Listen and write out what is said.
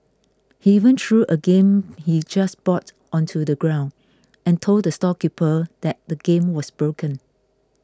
he even threw a game he just bought onto the ground and told the storekeeper that the game was broken